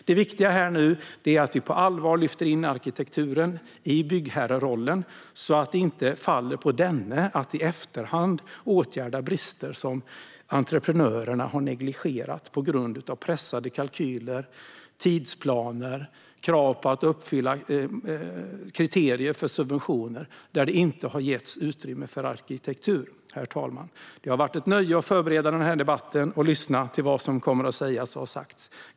Det viktiga nu är att vi på allvar lyfter in arkitekturen i byggherrerollen, så att det inte faller på denne att i efterhand åtgärda brister som entreprenörerna har negligerat på grund av pressade kalkyler, tidsplaner och krav på att uppfylla kriterier för subventioner där det inte har getts utrymme för arkitektur. Herr talman! Det har varit ett nöje att förbereda den här debatten, och det är ett nöje att lyssna till vad som sägs.